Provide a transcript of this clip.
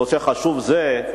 נושא חשוב זה.